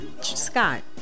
Scott